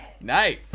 Nice